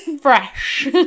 fresh